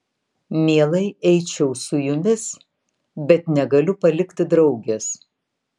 mielai eičiau su jumis bet negaliu palikti draugės